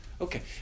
Okay